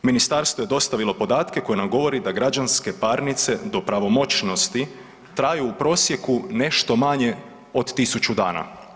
Ministarstvo je dostavilo podatke koji nam govore da građanske parnice do pravomoćnosti traju u prosjeku nešto manje od 1000 dana.